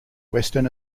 western